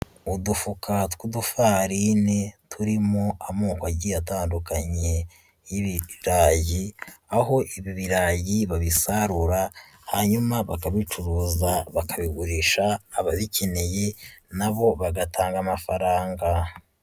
Udufuka tuvamo ifarini turimo amoko agiye atandukanye y'ibirayi, aho ibirayi babisarura hanyuma bakabicuruza, bakabigurisha ababikeneye nabo bagatanga amafaranga.